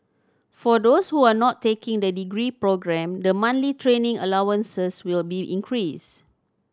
for those who are not taking the degree programme the monthly training allowances will be increased